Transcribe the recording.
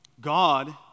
God